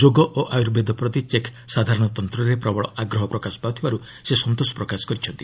ଯୋଗ ଓ ଆୟୁର୍ବେଦ ପ୍ରତି ଚେକ୍ ସାଧାରଣତନ୍ତରେ ପ୍ରବଳ ଆଗ୍ରହ ପ୍ରକାଶ ପାଉଥିବାର୍ ସେ ସନ୍ତୋଷ ପ୍ରକାଶ କରିଛନ୍ତି